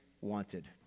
wanted